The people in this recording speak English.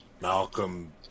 Malcolm